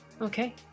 Okay